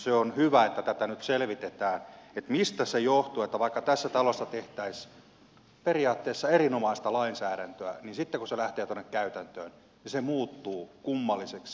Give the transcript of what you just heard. se on hyvä että nyt selvitetään mistä se johtuu että vaikka tässä talossa tehtäisiin periaatteessa erinomaista lainsäädäntöä niin sitten kun se lähtee tuonne käytäntöön se muuttuu kummalliseksi